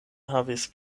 havis